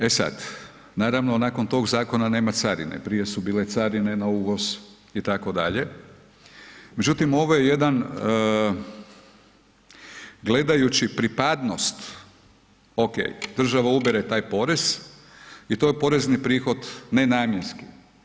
E sad, naravno nakon toga nema carine, prije su bile carine na uvoz itd., međutim ovo je jedan gledajući pripadnost, ok, država ubire taj porez i to je porezni prihod nenamjenski.